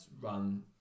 run